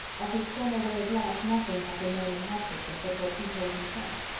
of his former way of life nothing had been known in hertfordshire but what he told himself.